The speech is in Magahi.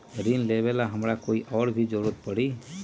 ऋन लेबेला हमरा कोई और के भी जरूरत परी?